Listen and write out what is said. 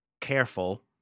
careful